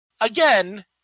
again